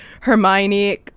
Hermione